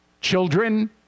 children